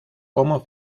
como